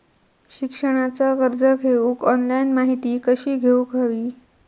शिक्षणाचा कर्ज घेऊक ऑनलाइन माहिती कशी घेऊक हवी?